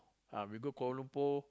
ah we go Kuala Lumpur